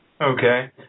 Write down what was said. Okay